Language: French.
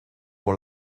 pour